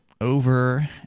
over